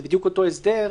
זה בדיוק אותו הסבר,